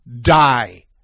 die